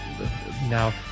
now